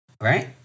Right